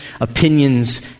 opinions